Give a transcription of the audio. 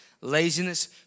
laziness